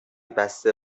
بسته